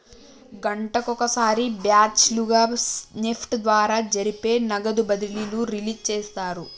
గంటకొక సారి బ్యాచ్ లుగా నెఫ్ట్ ద్వారా జరిపే నగదు బదిలీలు రిలీజ్ చేస్తారు